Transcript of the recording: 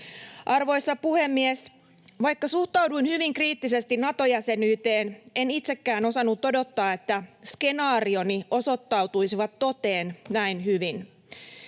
Arvoisa puhemies! Vaikka suhtauduin hyvin kriittisesti Nato-jäsenyyteen, en itsekään osannut odottaa, että skenaarioni osoittautuisivat toteen näin hyvin.